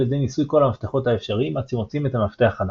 ידי ניסוי כל המפתחות האפשריים עד שמוצאים את המפתח הנכון,